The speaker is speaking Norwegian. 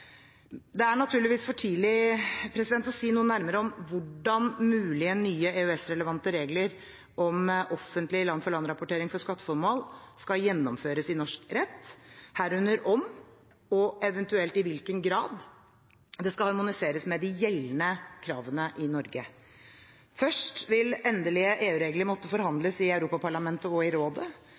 Det er naturligvis for tidlig å si noe nærmere om hvordan mulige nye EØS-relevante regler om offentlig land-for-land-rapportering for skatteformål skal gjennomføres i norsk rett, herunder om og eventuelt i hvilken grad det skal harmoniseres med de gjeldende kravene i Norge. Først vil endelige EU-regler måtte forhandles i Europaparlamentet og i